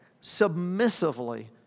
submissively